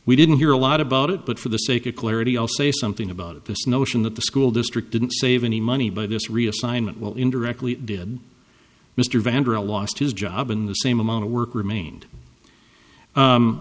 we didn't hear a lot about it but for the sake of clarity i'll say something about this notion that the school district didn't save any money by this reassignment will indirectly did mr vander lost his job in the same amount of work remained